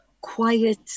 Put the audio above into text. quiet